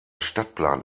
stadtplan